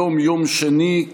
היום יום שני,